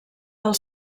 del